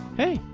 hey,